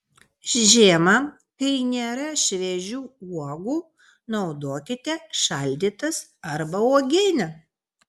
žiemą kai nėra šviežių uogų naudokite šaldytas arba uogienę